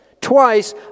twice